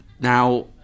Now